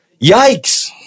yikes